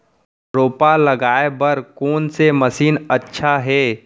रोपा लगाय बर कोन से मशीन अच्छा हे?